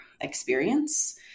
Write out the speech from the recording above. experience